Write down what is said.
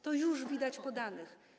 To już widać po danych.